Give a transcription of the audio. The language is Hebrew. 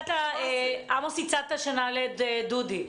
עמוס, הצעת שנעלה את דודי.